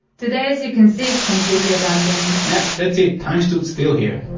today. as you can see, it's completely abandoned. yep. that's it. time stood still here.